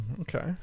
okay